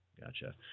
gotcha